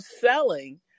selling